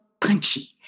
punchy